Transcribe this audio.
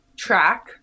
track